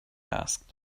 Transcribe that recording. asked